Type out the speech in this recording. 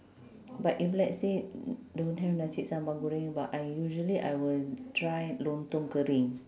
but if let's say don't have nasi sambal goreng but I usually I will try lontong kering